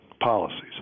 policies